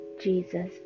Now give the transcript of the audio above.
Jesus